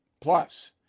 Plus